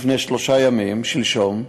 שלשום,